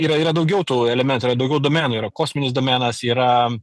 yra yra daugiau tų elementų yra daugiau domenų yra kosminis domenas yra